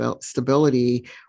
stability